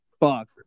Fuck